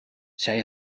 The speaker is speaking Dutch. zij